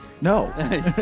No